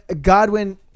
Godwin